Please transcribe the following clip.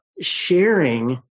sharing